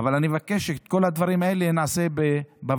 אבל אני מבקש שאת כל הדברים האלה נעשה בוועדה,